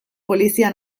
polizia